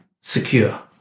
secure